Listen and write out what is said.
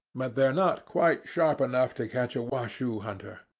but they're not quite sharp enough to catch a washoe hunter.